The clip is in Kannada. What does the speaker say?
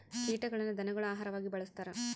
ಕೀಟಗಳನ್ನ ಧನಗುಳ ಆಹಾರವಾಗಿ ಬಳಸ್ತಾರ